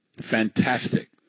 Fantastic